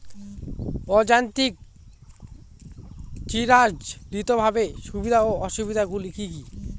অযান্ত্রিক চিরাচরিতভাবে সুবিধা ও অসুবিধা গুলি কি কি?